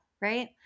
right